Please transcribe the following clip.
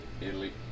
Italy